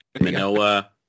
Manoa